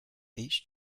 each